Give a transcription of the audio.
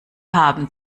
haben